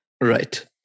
Right